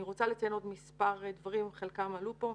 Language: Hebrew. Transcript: אני רוצה לציין עוד מספר דברים, חלקם עלו פה.